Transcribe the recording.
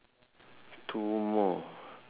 so the sitting one is is brown colour is it